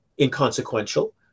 inconsequential